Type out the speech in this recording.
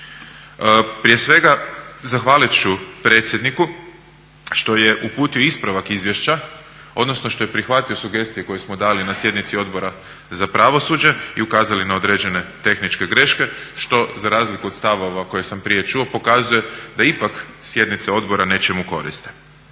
Prije svega zahvalit ću predsjedniku što je uputio ispravak izvješća, odnosno što je prihvatio sugestije koje smo dali na sjednici Odbora za pravosuđe i ukazali na određene tehničke greške što za razliku od stavova koje sam prije čuo pokazuje da ipak sjednice odbora nečemu koriste.